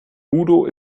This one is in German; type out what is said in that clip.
udo